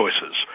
choices